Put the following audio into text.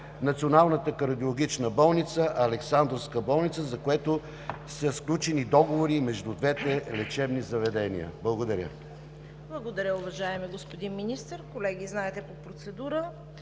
Националната кардиологична болница, Александровска болница, за което са сключени договори между двете лечебни заведения. Благодаря. ПРЕДСЕДАТЕЛ ЦВЕТА КАРАЯНЧЕВА: Благодаря Ви, уважаеми господин Министър. Колеги, знаете, по процедура